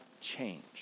change